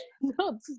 No